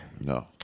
No